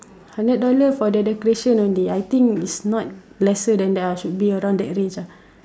hundred dollar for the decorations only I think it's not lesser than that lah should be around that range lah